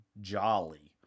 jolly